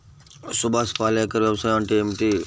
సుభాష్ పాలేకర్ వ్యవసాయం అంటే ఏమిటీ?